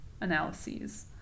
analyses